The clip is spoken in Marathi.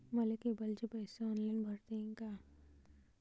मले केबलचे पैसे ऑनलाईन भरता येईन का?